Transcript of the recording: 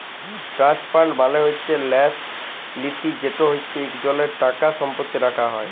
trust fund মালে হছে ল্যাস লিতি যেট হছে ইকজলের টাকা সম্পত্তি রাখা হ্যয়